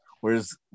whereas